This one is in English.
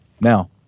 Now